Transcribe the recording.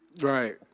Right